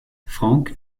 franck